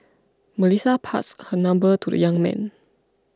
Melissa passed her number to the young man